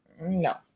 No